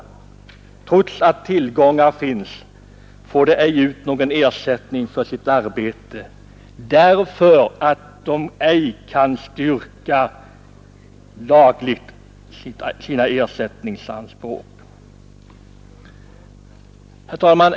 Trots att tillgångar finns får de ej ut någon ersättning för sitt arbete, därför att de inte lagligen kan styrka sina ersättningsanspråk. Herr talman!